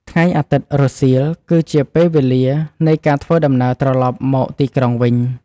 ថ្ងៃអាទិត្យរសៀលគឺជាពេលវេលានៃការធ្វើដំណើរត្រឡប់មកទីក្រុងវិញ។